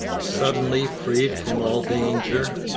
suddenly freed from all danger,